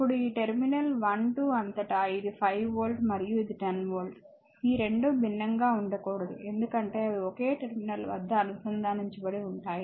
ఇప్పుడు ఈ టెర్మినల్ 1 2 అంతటా ఇది 5 వోల్ట్ మరియు ఇది 10 వోల్ట్ ఈ రెండూ భిన్నంగా ఉండకూడదు ఎందుకంటే అవి ఒకే టెర్మినల్ వద్ద అనుసంధానించబడి ఉంటాయి